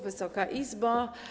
Wysoka Izbo!